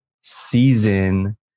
season